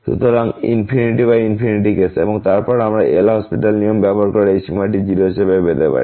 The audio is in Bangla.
সুতরাং কেস এবং তারপর আমরা LHospital নিয়ম ব্যবহার করে এই সীমাটি 0 হিসাবে পেতে পারি